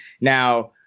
now